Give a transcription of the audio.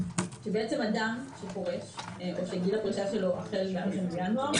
שאדם שפורש או שגיל הפרישה שלו מתחיל בינואר,